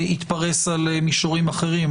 התפרש על מישורים אחרים.